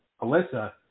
Alyssa